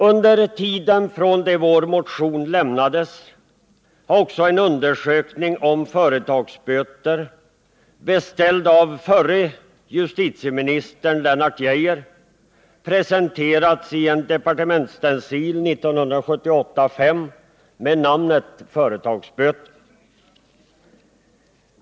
Under den tid som gått sedan vår motion lämnades har också en undersökning om företagsböter, beställd av förre justitieministern Lennart Geijer, presenterats i en departementsstencil 1978:5 med rubriken Företagsböter.